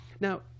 Now